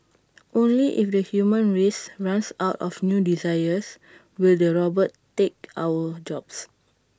only if the human race runs out of new desires will the robots take our jobs